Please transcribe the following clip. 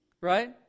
right